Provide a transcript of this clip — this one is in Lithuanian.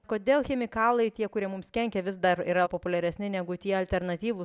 kodėl chemikalai tie kurie mums kenkia vis dar yra populiaresni negu tie alternatyvūs